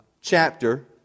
chapter